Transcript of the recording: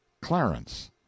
Clarence